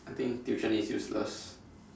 I think tuition is useless